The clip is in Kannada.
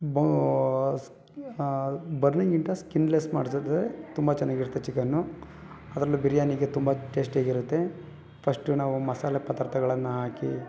ಬ ಸ್ ಬರ್ನಿಂಗ್ಗಿಂತ ಸ್ಕಿನ್ಲೆಸ್ ಮಾಡದ್ರೆ ತುಂಬ ಚೆನ್ನಾಗಿರತ್ತೆ ಚಿಕನ್ನು ಅದರಲ್ಲೂ ಬಿರ್ಯಾನಿಗೆ ತುಂಬ ಟೇಶ್ಟಿಯಾಗಿರತ್ತೆ ಪಶ್ಟು ನಾವು ಮಸಾಲೆ ಪದಾರ್ಥಗಳನ್ನು ಹಾಕಿ